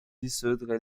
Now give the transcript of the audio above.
dissoudre